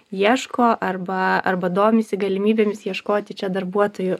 ieško arba arba domisi galimybėmis ieškoti čia darbuotojų